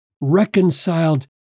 reconciled